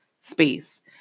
space